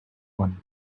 one